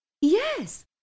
Yes